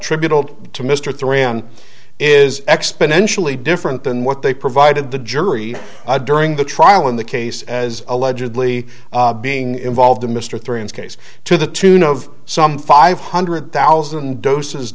tribute old to mr three and is exponentially different than what they provided the jury during the trial in the case as allegedly being involved in mr therians case to the tune of some five hundred thousand doses